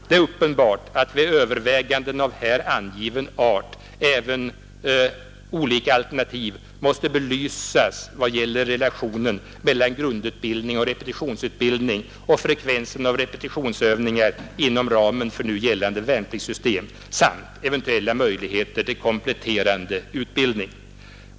Det är uppenbart att vid överväganden av här angiven art även olika alternativ måste belysas vad avser relationen mellan grundutbildning och repetitionsutbildning och frekvensen av repetitionsövningar inom ramen för nu gällande värnpliktstid samt eventuella möjligheter till kompletterande utbildning.